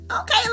okay